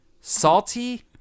Salty